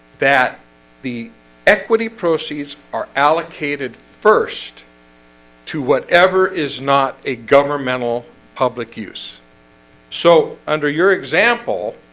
that the equity proceeds are allocated first to whatever is not a governmental public use so under your example